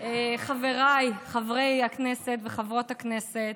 חבריי חברי הכנסת וחברות הכנסת,